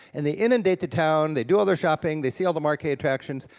and they inundate the town, they do all their shopping, they see all the marquee attractions,